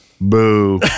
Boo